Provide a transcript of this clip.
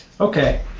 Okay